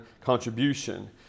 contribution